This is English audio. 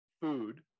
food